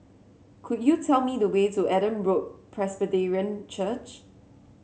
could you tell me the way to Adam Road Presbyterian Church